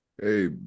Hey